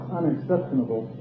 unexceptionable